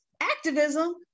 activism